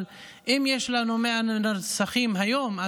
אבל אם יש לנו 100 נרצחים היום,